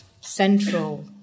central